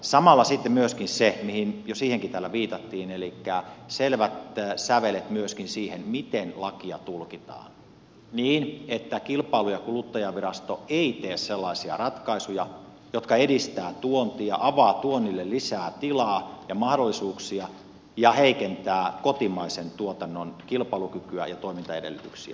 samalla sitten on myöskin se mihinkä myös täällä jo viitattiin että selvät sävelet tarvitaan myöskin siihen miten lakia tulkitaan niin että kilpailu ja kuluttajavirasto ei tee sellaisia ratkaisuja jotka edistävät tuontia avaavat tuonnille lisää tilaa ja mahdollisuuksia ja heikentävät kotimaisen tuotannon kilpailukykyä ja toimintaedellytyksiä